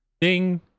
ding